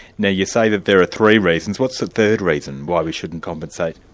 now you say that there are three reasons what's the third reason why we shouldn't compensate?